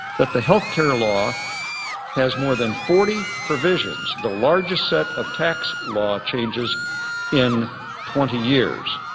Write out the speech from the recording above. that the health care law has more than forty provisions, the largest set of tax law changes in twenty years.